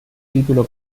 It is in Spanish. título